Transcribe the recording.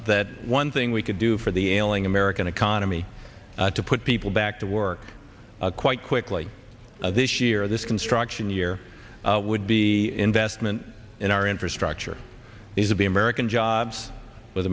that one thing we could do for the ailing american economy to put people back to work quite quickly this year this construction year would be investment in our infrastructure is to be american jobs with